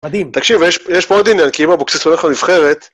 מדהים. תקשיב, יש פה עוד עניין, כי אם אבוקסיס הולך לנבחרת